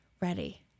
ready